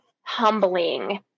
humbling